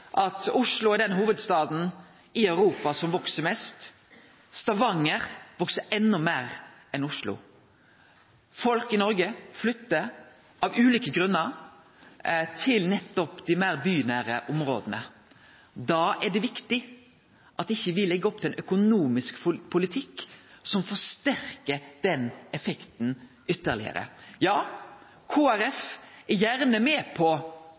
at Oslo er den hovudstaden i Europa som veks mest. Stavanger veks enda meir enn Oslo. Folk i Noreg flyttar av ulike grunnar til nettopp dei meir bynære områda. Da er det viktig at ikkje me legg opp til ein økonomisk politikk som forsterkar den effekten ytterlegare. Ja, Kristeleg Folkeparti er gjerne med på